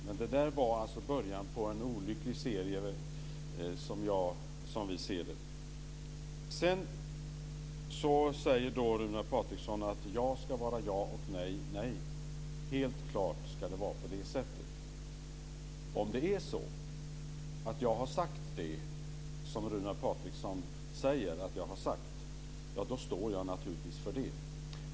Men detta var början på en olycklig serie som vi ser det. Sedan säger Runar Patriksson att ja ska vara ja, och nej ska vara nej. Helt klart ska det vara på det sättet. Om jag har sagt det som Runar Patriksson säger att jag har sagt så står jag naturligtvis för det.